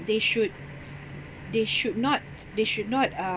they should they should not they should not